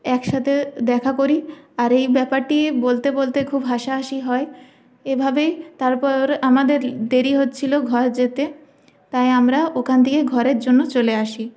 একসাথে দেখা করি আর এই ব্যাপারটি বলতে বলতে খুব হাসাহাসি হয় এভাবেই তারপর আমাদের দেরি হচ্ছিল ঘর যেতে তাই আমরা ওখান থেকে ঘরের জন্য চলে আসি